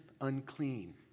unclean